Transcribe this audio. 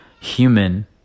human